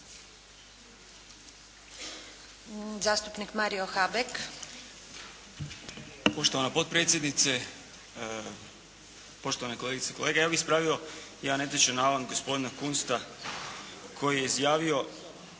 zastupnik Mario Habek.